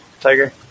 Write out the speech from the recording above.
Tiger